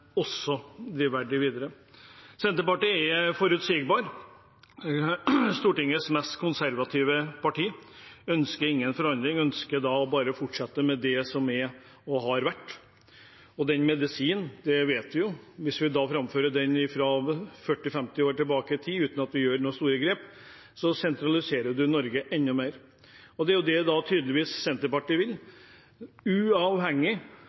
videre. Senterpartiet er forutsigbart. Stortingets mest konservative parti ønsker ingen forandring, men bare å fortsette med det som er og har vært. Om den medisinen vet vi at hvis man framfører den fra 40–50 år tilbake i tid uten å gjøre noen store grep, sentraliserer man Norge enda mer. Det er jo det Senterpartiet tydeligvis vil. Uavhengig